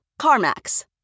CarMax